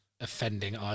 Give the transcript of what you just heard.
offending